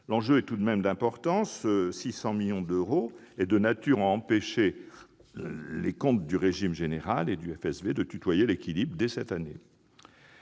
L'enjeu, de l'ordre de 600 millions d'euros, est de nature à empêcher les comptes du régime général et du FSV de tutoyer l'équilibre dès cette année.